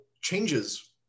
changes